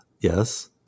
Yes